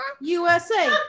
usa